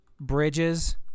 bridges